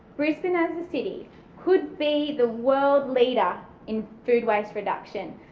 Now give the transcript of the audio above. brisbane as a city could be the world leader in food waste reduction.